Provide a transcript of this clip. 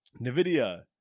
Nvidia